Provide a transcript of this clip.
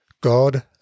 God